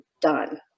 done